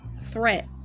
threat